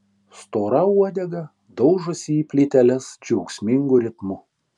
stora uodega daužosi į plyteles džiaugsmingu ritmu